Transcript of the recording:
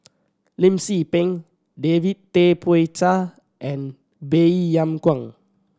Lim Tze Peng David Tay Poey Cher and Baey Yam Keng